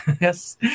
Yes